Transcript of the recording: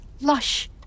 lush